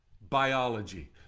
Biology